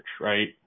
Right